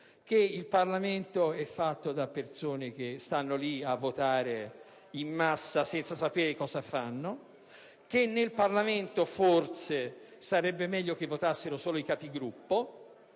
che il Parlamento è fatto da persone che stanno lì a votare in massa senza sapere cosa fanno e che nel Parlamento forse sarebbe meglio votassero solo i Capigruppo.